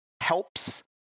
helps